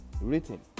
written